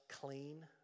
clean